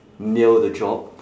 nail the job